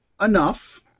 Enough